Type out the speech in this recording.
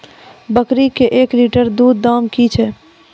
बकरी के एक लिटर दूध दाम कि छ?